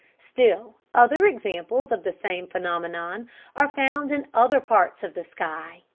still other examples of the same phenomenon are found in other parts of the sky.